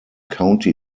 county